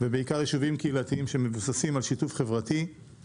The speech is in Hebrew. ובעיקר יישובים קהילתיים שמבוססים על שיתוף חברתי.